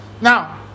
now